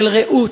של רעות,